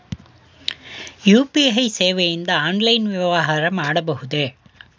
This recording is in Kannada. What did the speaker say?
ಯು.ಪಿ.ಐ ಸೇವೆಯಿಂದ ಆನ್ಲೈನ್ ವ್ಯವಹಾರ ಮಾಡಬಹುದೇ?